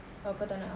oh kau tak nak ah